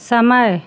समय